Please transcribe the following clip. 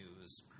News